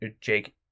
Jake